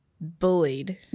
bullied